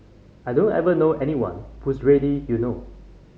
I don't ever know anyone who's ready you know